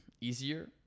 easier